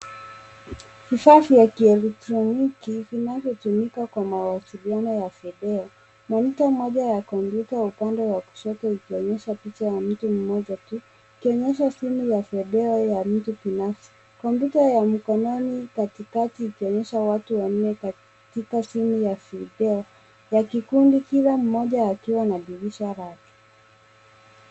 Vifaa vya kielektroniki vinavyotumika kwa mawasiliano ya video. Marita mmoja ya kompyuta upande wa kushoto ikionyesha picha ya mtu mmoja tu ikionyesha simu ya video ya mtu binafsi. Kompyuta ya mkononi katikati ikionyesha watu wanne katika simu ya video ya kikundi kila mmoja akiwa na dirisha lake.